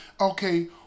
okay